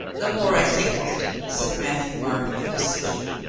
the more i think of it, said matthieu-marc with decision,